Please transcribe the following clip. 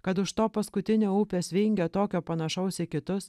kad už to paskutinio upės vingio tokio panašaus į kitus